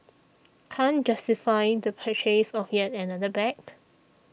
can't justify the purchase of yet another bag